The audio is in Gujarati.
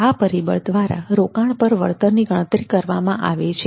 આ પરિબળ દ્વારા રોકાણ પર વળતરની ગણતરી કરવામાં આવે છે